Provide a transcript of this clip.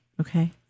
Okay